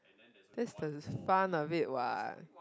that's the fun of it what